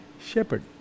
shepherd